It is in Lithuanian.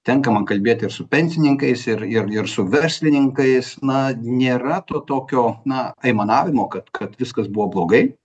tenka man kalbėt ir su pensininkais ir ir ir su verslininkais na nėra to tokio na aimanavimo kad kad viskas buvo blogai